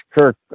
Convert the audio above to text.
Kirk